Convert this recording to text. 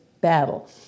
battle